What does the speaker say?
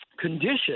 condition